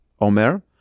Omer